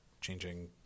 changing